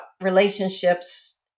relationships